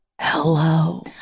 Hello